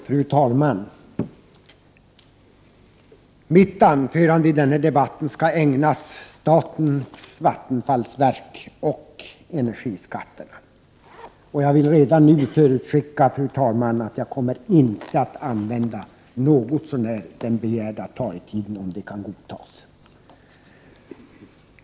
Fru talman! Mitt anförande i den här debatten skall ägnas statens vattenfallsverk och energiskatterna. Jag vill redan nu förutskicka att jag inte kommer att använda ens tillnärmelsevis hela den begärda taletiden, om det kan godtas.